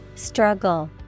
Struggle